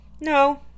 no